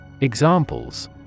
Examples